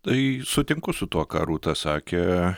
tai sutinku su tuo ką rūta sakė